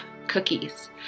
cookies